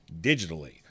digitally